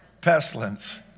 pestilence